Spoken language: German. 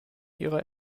ihrer